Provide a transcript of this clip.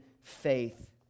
faith